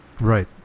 Right